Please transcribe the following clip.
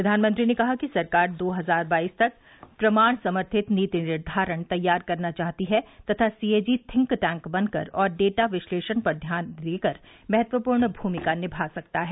प्रधानमंत्री ने कहा कि सरकार दो हजार बाईस तक प्रमाण समर्थित नीति निर्धारण तैयार करना चाहती है तथा C A G think tank बनकर और डेटा विश्लेषण पर विशेष ध्यान देकर महत्वपूर्ण भूमिका निमा सकता है